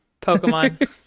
Pokemon